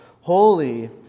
holy